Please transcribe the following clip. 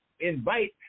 invite